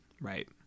Right